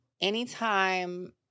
anytime